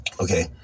Okay